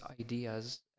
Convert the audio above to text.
ideas